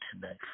tonight